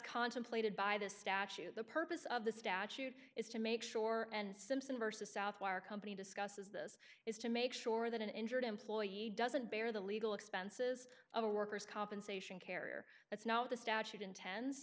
contemplated by the statute the purpose of the statute is to make sure and simpson versus south wire company discusses this is to make sure that an injured employee doesn't bear the legal expenses of a worker's compensation carrier that's now the statute inten